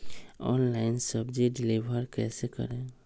Online सब्जी deliver कैसे करें?